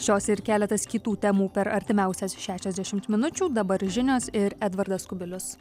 šios ir keletas kitų temų per artimiausias šešiasdešimt minučių dabar žinios ir edvardas kubilius